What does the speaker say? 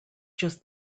just